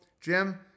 Jim